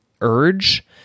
urge